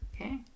okay